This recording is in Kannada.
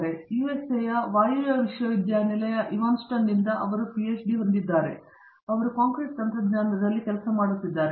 ಅಮೆರಿಕಾ ಸಂಯುಕ್ತ ಸಂಸ್ಥಾನದಲ್ಲಿ ಇವಾನ್ಸ್ಟನ್ ನ ವಾಯುವ್ಯ ವಿಶ್ವವಿದ್ಯಾನಿಲಯದಿಂದ ಅವರು ಪಿಎಚ್ಡಿ ಹೊಂದಿದ್ದಾರೆ ಮತ್ತು ಅವರು ಕಾಂಕ್ರೀಟ್ ತಂತ್ರಜ್ಞಾನದಲ್ಲಿ ಕೆಲಸ ಮಾಡುತ್ತಿದ್ದಾರೆ